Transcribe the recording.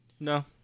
No